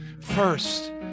First